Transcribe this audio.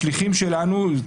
השליחים שלנו שהיו שם,